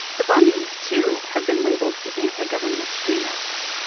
the bundys too, have been labeled as anti-government extremists.